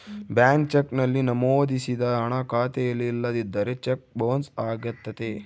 blank cheque ನಲ್ಲಿ ನಮೋದಿಸಿದ ಹಣ ಖಾತೆಯಲ್ಲಿ ಇಲ್ಲದಿದ್ದರೆ ಚೆಕ್ ಬೊನ್ಸ್ ಅಗತ್ಯತೆ